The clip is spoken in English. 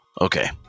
Okay